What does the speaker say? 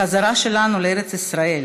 החזרה שלנו לארץ ישראל,